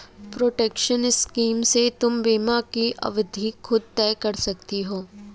protection scheme से तुम बीमा की अवधि खुद तय कर सकती हो